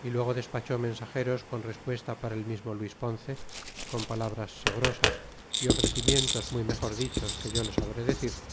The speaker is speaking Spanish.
y luego despachó mensageros con respuesta para el mismo luis ponce con palabras sabrosas y ofrecimientos muy mejor dichos que yo lo sabré decir